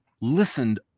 listened